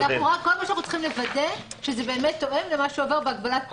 רק כל מה שאנחנו צריכים לוודא שזה באמת תואם למה שעובר בהגבלת פעילות.